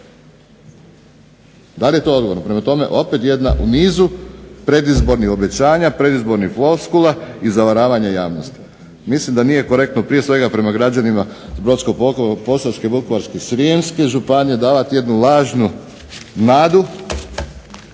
Da li je to odgovorno? Opet jedan u nizu predizbornih obećanja, predizbornih floskula i zavaravanja javnosti. Mislim da nije korektno prije svega prema građanima Brodsko-posavske i vukovarsko-srijemske županije davati jednu lažnu nadu,